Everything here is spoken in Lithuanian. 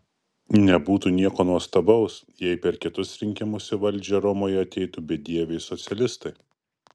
nebūtų nieko nuostabaus jei per kitus rinkimus į valdžią romoje ateitų bedieviai socialistai